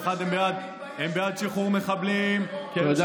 ויום אחד הם בעד שחרור מחבלים כי היושב-ראש בעד,